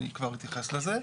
אני כבר אתייחס לזה.